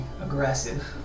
aggressive